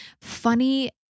funny